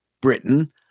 Britain